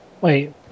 Wait